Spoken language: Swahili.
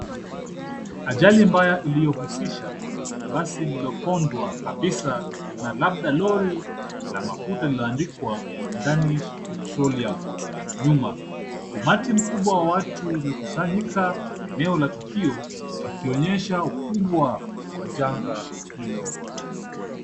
Ajali mbaya iliyohusisha basi lililobondwa kabisa na labda lori la mafuta lililoandikwa danger petroleum nyuma. Umati mkubwa wa watu umekusanyika eneo la tukio wakionyesha ukubwa wa janga hilo.